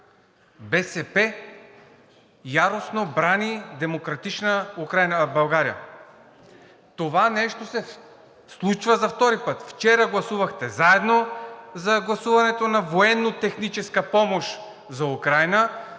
БСП яростно брани демократична Украйна в България. Това нещо се случва за втори път. Вчера гласувахте заедно за гласуването на военнотехническа помощ за Украйна.